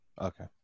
Okay